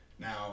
Now